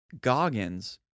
Goggins